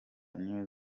new